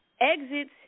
exits